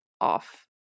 off